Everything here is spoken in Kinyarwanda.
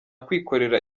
kwikorera